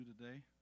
today